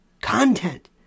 Content